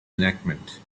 enactment